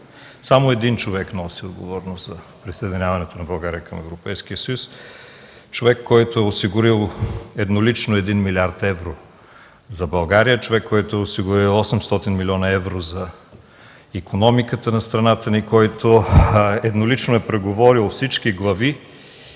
само един човек носи отговорност за присъединяването на България към Европейския съюз – човек, който е осигурил еднолично 1 млрд. евро за България, човек, който е осигурил 800 млн. евро за икономиката на страната ни, който еднолично е преговорил всички глави.